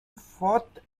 fort